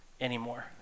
anymore